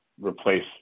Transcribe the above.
replace